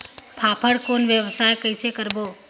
फाफण कौन व्यवसाय कइसे करबो?